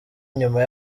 nyuma